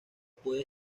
puede